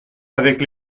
avec